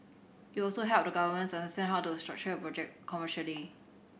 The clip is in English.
it will also help the governments understand how to structure the project commercially